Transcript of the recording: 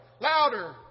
Louder